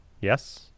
Yes